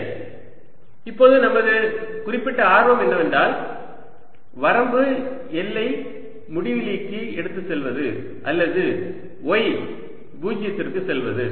Vxyz4π0 L2L2dy2y y2 Let y yρtanθ ∴ dyρθdθ 1yL2to 2 y L2 Vxyz4π021θdθ sec 4π0ln⁡|sec1tan1sec2tan2| இப்போது நமது குறிப்பிட்ட ஆர்வம் என்னவென்றால் வரம்பு L ஐ முடிவிலிக்கு எடுத்து செல்வது அல்லது y 0 க்கு செல்வது